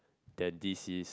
than D C